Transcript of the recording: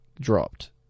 dropped